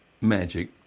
magic